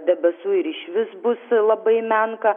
debesų ir išvis bus labai menka